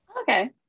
Okay